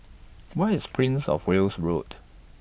Where IS Prince of Wales Road